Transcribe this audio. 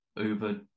Uber